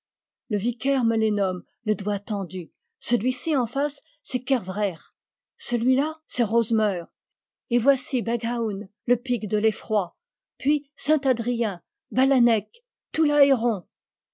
le vicaire me les nomme le doigt tendu celui-ci en face c'est kervrec'h celui-là c'est rosmeur et voici beg aoun le pic de l'effroi puis saint adrien balanek